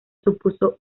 supuso